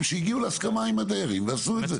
שהגיעו להסכמה עם הדיירים ועשו את זה,